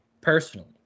personally